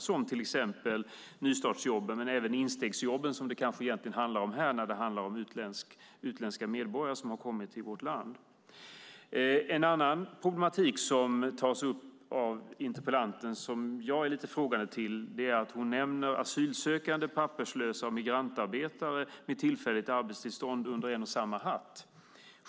Det gäller till exempel nystartsjobben men även instegsjobben, som det kanske egentligen handlar om när det är fråga om utländska medborgare som kommit till vårt land. En annan problematik som tas upp av interpellanten och som jag är lite frågande till är det faktum att hon nämner asylsökande, papperslösa och migrantarbetare med tillfälligt arbetstillstånd i ett och samma andetag.